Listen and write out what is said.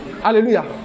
Hallelujah